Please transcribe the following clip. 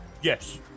Yes